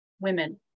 women